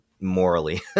morally